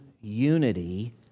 unity